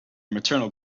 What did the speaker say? maternal